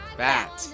bat